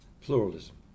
Pluralism